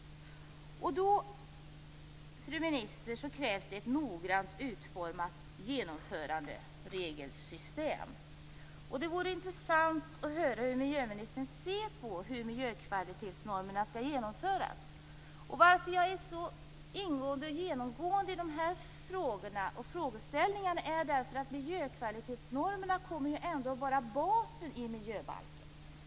Då, fru minister, krävs det ett noga utformat och genomfört regelsystem. Det vore intressant att få höra miljöministerns syn på hur miljökvalitetsnormerna skall genomföras. Anledningen till att jag är så ingående och går igenom de här frågorna är att miljökvalitetsnormerna kommer att vara basen i miljöbalken.